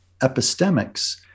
epistemics